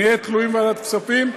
נהיה תלויים בוועדת הכספים?